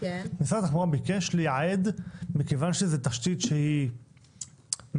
משרד התחבורה ביקש לייעד מכיוון שזו תשתית שהיא מפגרת,